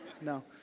No